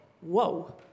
whoa